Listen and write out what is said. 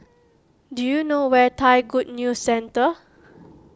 do you know where Thai Good News Centre